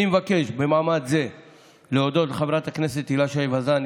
אני מבקש במעמד זה להודות לחברת הכנסת הילה שי וזאן,